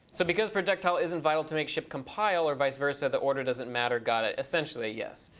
so because projectile isn't vital to make ship compile or vise versa, the order doesn't matter. got it. essentially, yes.